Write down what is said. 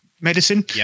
medicine